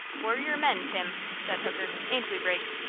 we're your men, tim, said hooker. ain't we, briggs?